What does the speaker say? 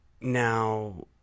now